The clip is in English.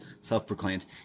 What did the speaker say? self-proclaimed